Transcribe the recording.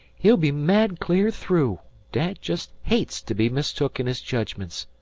he'll be mad clear through. dad jest hates to be mistook in his jedgments.